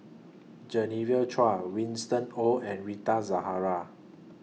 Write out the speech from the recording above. Genevieve Chua Winston Oh and Rita Zahara